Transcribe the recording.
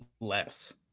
less